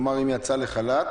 אם היא יצאה לחל"ת,